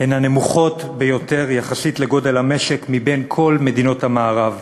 הן הנמוכות ביותר יחסית לגודל המשק מבין כל מדינות המערב.